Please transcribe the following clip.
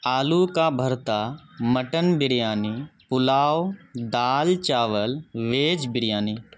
آلو کا بھرتا مٹن بریانی پلاؤ دال چاول ویج بریانی